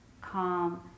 calm